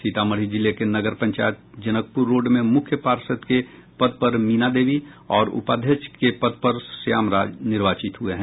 सीतामढ़ी जिले के नगर पंचायत जनकपूर रोड में मुख्य पार्षद के पद पर मीना देवी और उपाध्यक्ष के पद पर श्याम राज निर्वाचित हुए हैं